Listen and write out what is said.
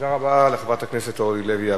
תודה רבה לחברת הכנסת אורלי לוי אבקסיס.